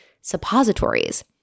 suppositories